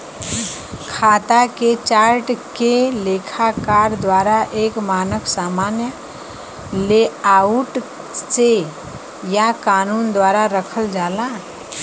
खाता के चार्ट के लेखाकार द्वारा एक मानक सामान्य लेआउट से या कानून द्वारा रखल जाला